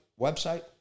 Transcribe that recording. website